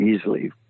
easily